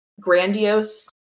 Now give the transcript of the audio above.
grandiose